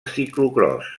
ciclocròs